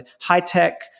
high-tech